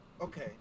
okay